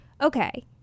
okay